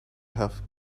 have